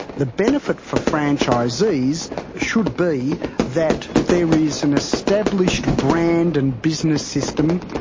the benefit for franchisees should be that there is an established brand and business system,